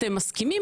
אתם מסכימים,